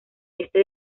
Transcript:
este